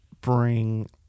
bring